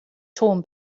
torn